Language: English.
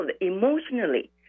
Emotionally